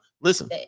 Listen